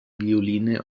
violine